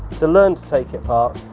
to learn to take it apart.